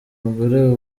mugore